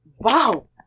wow